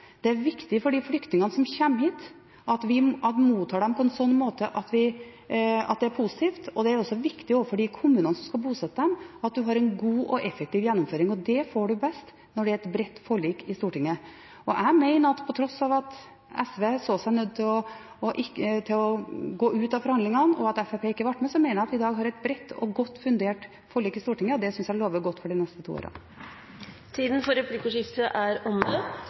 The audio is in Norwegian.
Det er viktig for de flyktningene som kommer hit, at en mottar dem på en sånn måte at det er positivt. Det er også viktig overfor de kommunene som skal bosette dem, at en har en god og effektiv gjennomføring. Det får en best når det er et bredt forlik i Stortinget. Jeg mener, på tross av at SV så seg nødt til å gå ut av forhandlingene, og at Fremskrittspartiet ikke ble med, at vi i dag har et bredt og godt fundert forlik i Stortinget, og det synes jeg lover godt for de neste to årene. Replikkordskiftet er omme.